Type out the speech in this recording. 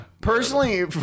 Personally